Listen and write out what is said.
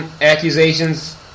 accusations